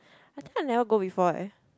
I think I never go before eh